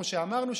כמו שאמרנו,